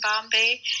Bombay